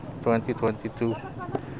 2022